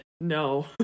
no